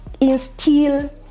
instill